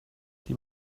die